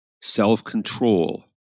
self-control